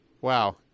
Wow